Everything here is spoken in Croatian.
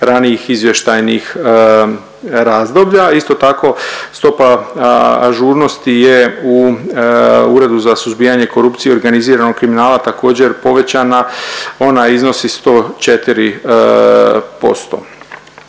ranijih izvještajnih razdoblja. Isto tako stopa ažurnosti je u Uredu za suzbijanje korupcije i organiziranog kriminala također povećana, ona iznosi 104%.